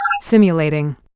simulating